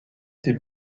des